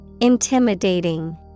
Intimidating